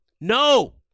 No